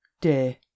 Dear